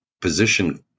position